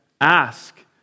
ask